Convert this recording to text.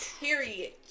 period